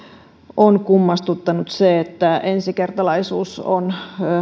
on kummastuttanut se että ensikertalaisuus on